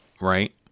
Right